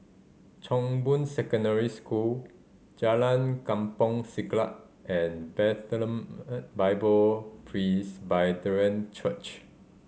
Chong Boon Secondary School Jalan Kampong Siglap and Bethlehem Bible Presbyterian Church